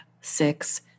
six